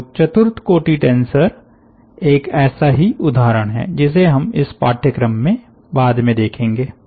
तो चतुर्थ कोटि टेंसर एक ऐसा ही उदाहरण है जिसे हम इस पाठ्यक्रम में बाद में देखेंगे